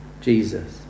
Jesus